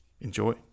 enjoy